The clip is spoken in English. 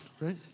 right